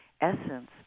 essence